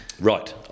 Right